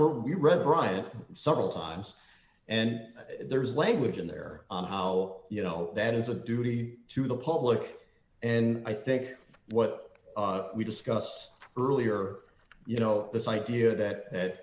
where we read brian several times and there is language in there on how you know that is a duty to the public and i think what we discussed earlier you know this idea that th